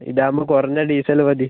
ഇതാവുമ്പോൾ കുറഞ്ഞ ഡീസൽ മതി